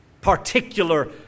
Particular